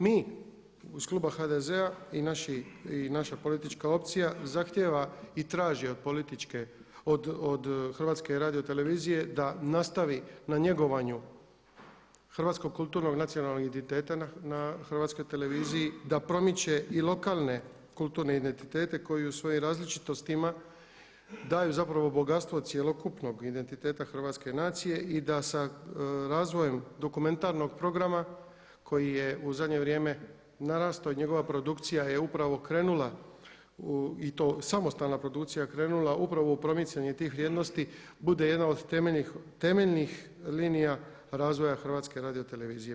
Mi iz kluba HDZ-a i naša politička opcija zahtjeva i traži od HRT-a da nastavi na njegovanju hrvatskog kulturnog nacionalnog identiteta na HRT-u, da promiče i lokalne kulturne identitete koji u svojim različitostima daju zapravo bogatstvo cjelokupnog identiteta Hrvatske i nacije i da sa razvojem dokumentarnog programa koji je u zadnje vrijeme narastao i njegova produkcija je upravo krenula u, i to samostalna produkcija krenula, upravo u promicanje tih vrijednosti, bude jedna od temeljnih linija razvoja HRT-a.